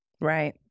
Right